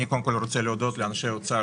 אני קודם כל רוצה להודות לאנשי האוצר